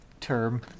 term